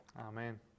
Amen